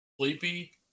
Sleepy